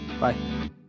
Bye